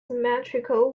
symmetrical